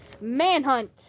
manhunt